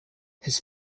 his